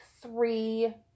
three